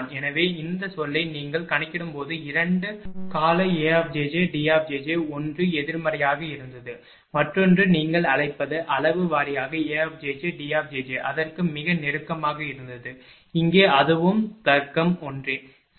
எனவே இந்த சொல்லை நீங்கள் கணக்கிடும் போது இரண்டு கால AjjD ஒன்று எதிர்மறையாக இருந்தது மற்றொன்று நீங்கள் அழைப்பது அளவு வாரியாக AjjD அதற்கு மிக நெருக்கமாக இருந்தது இங்கே அதுவும் தர்க்கம் ஒன்றே சரி